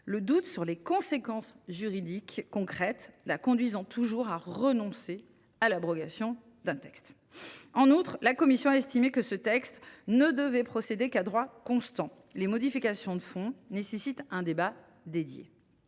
le doute sur les conséquences juridiques concrètes la conduisant toujours à renoncer à l’abrogation d’un texte. En outre, la commission a estimé que ce texte ne devait procéder qu’à droit constant : les modifications de fond nécessitent un débat dédié.